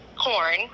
corn